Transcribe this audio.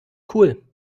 cool